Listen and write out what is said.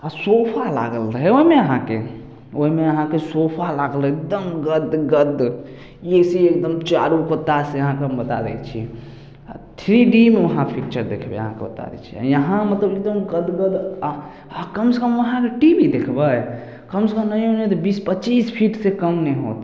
आ सोफा लागल रहै ओहिमे अहाँके ओहिमे अहाँके सोफा लागल रहै एकदम गदगद ए सी एकदम चारु कत्ता से अहाँके हम बता दै छी आ थ्री डी मे वहाँ पिक्चर देखबै अहाँके बता दै छी यहाँ मतलब एकदम गदगद आ कमसे कम वहाँ के टी भी देखबै कम से कम नहियोँ नहियोँ तऽ बीस पचीस फीट से कम नहि होत